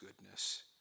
goodness